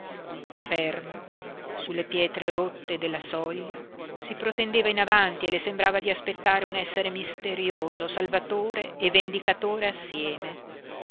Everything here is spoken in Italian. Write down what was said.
ferma sulle pietre rotte della soglia si protendeva in avanti e le sembrava di aspettare un essere misterioso salvatore e vendicatore assieme